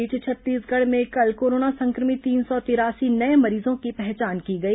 इस बीच छत्तीसगढ़ में कल कोरोना संक्रमित तीन सौ तिरासी नये मरीजो की पहचान की गई